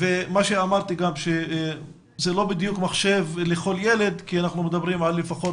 אמרתי שזה לא בדיוק מחשב לכל ילד כי אנחנו מדברים על לפחות